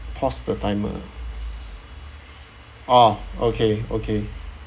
pause the timer oh okay okay